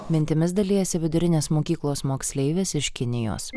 mintimis dalijasi vidurinės mokyklos moksleivis iš kinijos